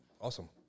Awesome